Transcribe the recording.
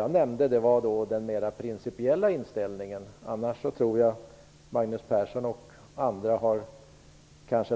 Jag nämnde den mer principiella inställningen. Jag tror att Magnus Persson och andra har